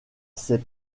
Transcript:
c’est